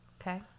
Okay